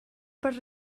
per